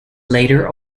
later